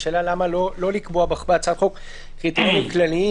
השאלה: למה לא לקבוע בהצעת החוק קריטריונים כלליים,